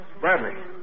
Bradley